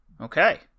Okay